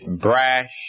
brash